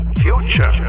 future